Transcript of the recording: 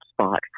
spot